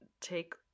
take